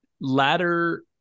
latter